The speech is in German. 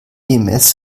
ems